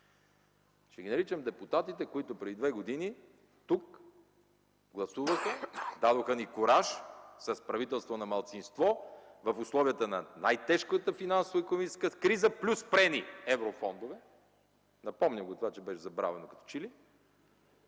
Ще ги наричам „депутатите, които преди две години тук гласуваха, дадоха ни кураж с правителство на малцинство в условията на най-тежката финансово-икономическа криза плюс спрени еврофондове” (напомням го това, че беше забравено като че